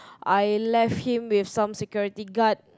I left him with some security guard